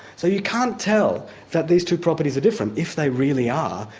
so you can't tell that these two properties are different, if they really are,